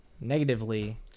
negatively